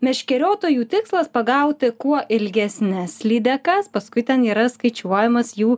meškeriotojų tikslas pagauti kuo ilgesnes lydekas paskui ten yra skaičiuojamas jų